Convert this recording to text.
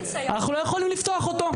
אנחנו לא יכולים לפתוח אותו.